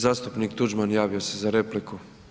Zastupnik Tuđman javio se za repliku.